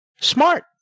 smart